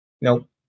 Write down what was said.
Nope